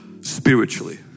Spiritually